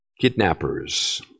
Kidnappers